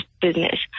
business